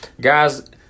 Guys